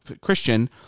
Christian